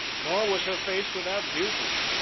nor was her face without beauty,